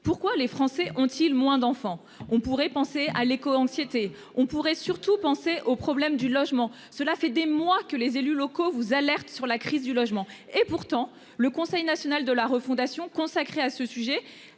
Pourquoi les Français ont-ils moins d'enfants. On pourrait penser à l'éco-anxiété. On pourrait surtout penser au problème du logement. Cela fait des mois que les élus locaux vous alerte sur la crise du logement et pourtant le Conseil national de la refondation consacrée à ce sujet